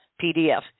PDF